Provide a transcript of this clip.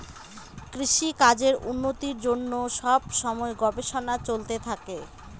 কৃষিকাজের উন্নতির জন্য সব সময় গবেষণা চলতে থাকে